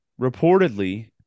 reportedly